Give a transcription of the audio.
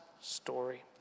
story